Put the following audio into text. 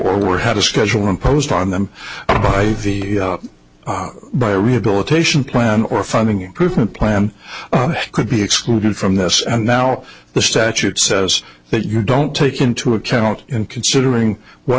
were had a schedule imposed on them by the by rehabilitation plan or funding improvement plan could be excluded from this and now the statute says that you don't take into account in considering what